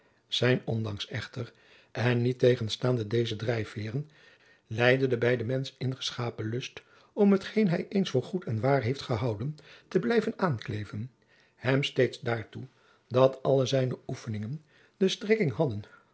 zijns ondanks echter en niettegenstaande deze drijfjacob van lennep de pleegzoon veeren leidde de bij den mensch ingeschapen lust om hetgeen hij eens voor goed en waar heeft gehouden te blijven aankleven hem steeds daartoe dat alle zijne oefeningen de strekking hadden